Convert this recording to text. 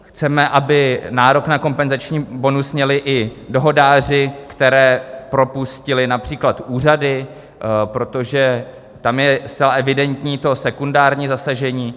Chceme, aby nárok na kompenzační bonus měli i dohodáři, které propustily například úřady, protože tam je zcela evidentní sekundární zasažení.